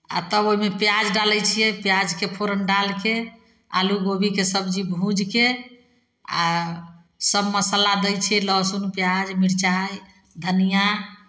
आ तब ओहइमे प्याज डालै छियै प्याजके फोरन डालि कऽ आलू गोभीके सब्जी भूजि कऽ आ सभ मसाला दै छियै लहसुन प्याज मिर्चाइ धनियाँ